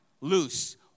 loose